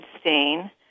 stain